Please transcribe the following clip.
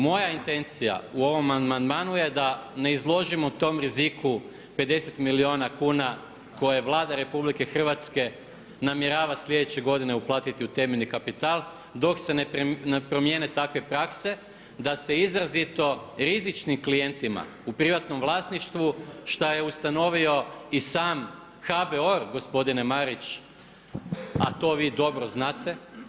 Moja intencija u ovom amandmanu je da ne izložimo tom riziku 50 milijuna kuna koje Vlada RH namjerava sljedeće godine uplatiti u temeljni kapital do se ne promijene takve prakse da se izrazito rizičnim klijentima u privatnom vlasništvu šta je ustanovio i sam HBOR gospodine Marić, a to vi dobro znate.